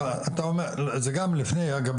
אגב,